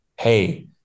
Hey